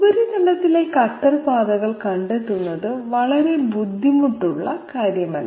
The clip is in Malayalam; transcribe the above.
ഉപരിതലത്തിലെ കട്ടർ പാതകൾ കണ്ടെത്തുന്നത് വളരെ ബുദ്ധിമുട്ടുള്ള കാര്യമല്ല